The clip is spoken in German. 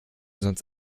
sonst